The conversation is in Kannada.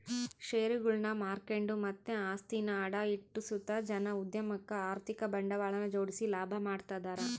ಷೇರುಗುಳ್ನ ಮಾರ್ಕೆಂಡು ಮತ್ತೆ ಆಸ್ತಿನ ಅಡ ಇಟ್ಟು ಸುತ ಜನ ಉದ್ಯಮುಕ್ಕ ಆರ್ಥಿಕ ಬಂಡವಾಳನ ಜೋಡಿಸಿ ಲಾಭ ಮಾಡ್ತದರ